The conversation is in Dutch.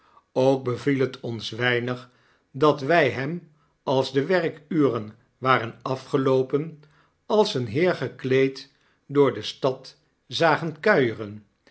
ook beviel het ons weinig dat wy hem als de werkuren waren afgeloopen als een heer gekleed door de stad zagen kuieren